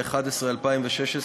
16 בנובמבר 2016,